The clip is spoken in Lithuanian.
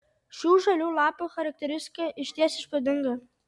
šių žalių lapų charakteristika išties įspūdinga